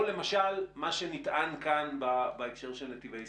למשל מה שנטען כאן בהקשר של נתיבי ישראל,